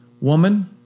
woman